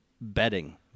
betting